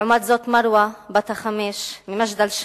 לעומת זאת, מרוה בת החמש ממג'דל-שמס